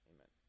Amen